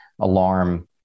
alarm